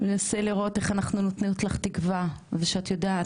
ננסה לראות איך אנחנו נותנות לך תקווה ושאת יודעת,